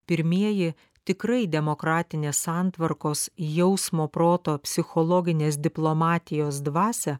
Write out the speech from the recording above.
pirmieji tikrai demokratinės santvarkos jausmo proto psichologinės diplomatijos dvasią